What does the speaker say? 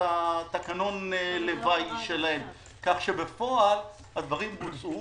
תקנון הלוואי שלהם כך שבפועל הדברים בוצעו,